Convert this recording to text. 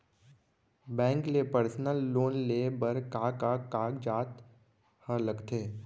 Bank ले personal loan लेये बर का का कागजात ह लगथे?